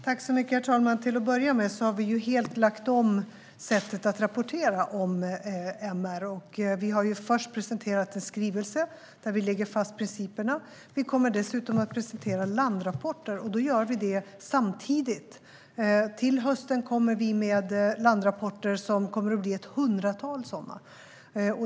Herr talman! Till att börja med har vi helt lagt om sättet att rapportera om MR. Vi har först presenterat en skrivelse där vi lägger fast principerna. Vi kommer dessutom att presentera landrapporter, och då gör vi det samtidigt. Till hösten kommer vi med landrapporter, och det kommer att bli ett hundratal sådana.